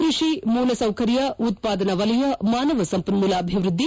ಕ್ಕಷಿ ಮೂಲಸೌಕರ್ಯ ಉತ್ತಾದನಾ ವಲಯ ಮಾನವ ಸಂಪನ್ನೂಲ ಅಭಿವ್ವದ್ಲಿ